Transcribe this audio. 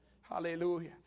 Hallelujah